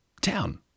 town